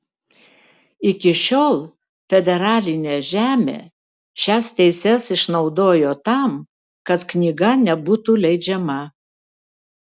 iki šiol federalinė žemė šias teises išnaudojo tam kad knyga nebūtų leidžiama